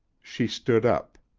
she stood up.